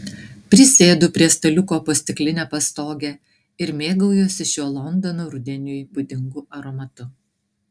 prisėdu prie staliuko po stikline pastoge ir mėgaujuosi šiuo londono rudeniui būdingu aromatu